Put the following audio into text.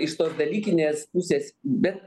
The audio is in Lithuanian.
iš tos dalykinės pusės bet